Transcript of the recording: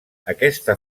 aquesta